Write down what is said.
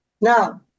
Now